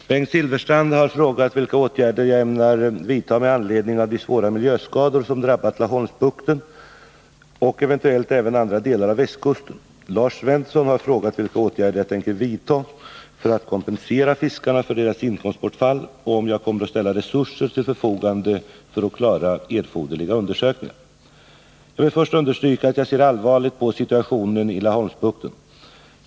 Herr talman! Bengt Silfverstrand har frågat vilka åtgärder jag ämnar vidtaga med anledning av de svåra miljöskador som drabbat Laholmsbukten och eventuellt även andra delar av västkusten. Lars Svensson har frågat vilka åtgärder jag tänker vidta för att kompensera fiskarna för deras inkomstbortfall och om jag kommer att ställa resurser till förfogande för att klara erforderliga undersökningar. Jag vill först understryka att jag ser allvarligt på situationen i Laholmsbukten.